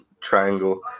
triangle